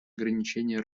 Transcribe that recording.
ограничения